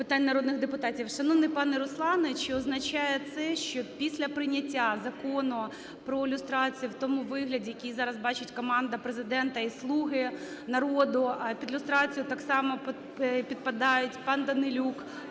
питань народних депутатів. Шановний пане Руслане, чи означає це, що після прийняття Закону про люстрацію в тому вигляді, в якому зараз бачить команда Президента і "слуги народу", під люстрацію так само підпадають пан Данилюк,